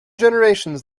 generations